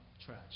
trash